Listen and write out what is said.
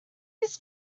whose